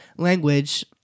language